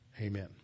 Amen